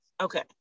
Okay